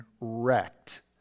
wrecked